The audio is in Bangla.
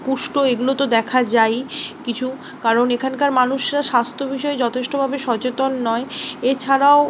কুষ্ঠ এগুলো তো দেখা যায়ই কিছু কারণ এখানকার মানুষরা স্বাস্থ্য বিষয়ে যথেষ্টভাবে সচেতন নয় এছাড়াও